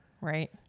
Right